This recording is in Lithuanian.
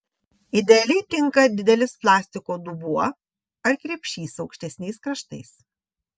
idealiai tinka didelis plastiko dubuo ar krepšys aukštesniais kraštais